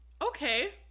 Okay